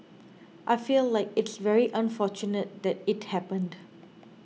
I feel like it's very unfortunate that it happened